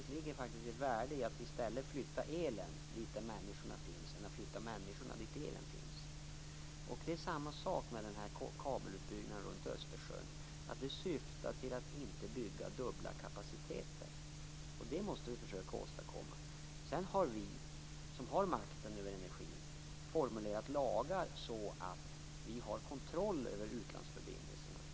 Det ligger faktiskt ett värde i att i stället flytta elen dit där människorna finns, än att flytta människorna dit där elen finns. Det är samma sak med den här kabelutbyggnaden runt Östersjön, att det syftar till att inte bygga dubbla kapaciteter. Det måste vi försöka åstadkomma. Sedan har vi som har makten över energin formulerat lagar så att vi har kontroll över utlandsförbindelserna.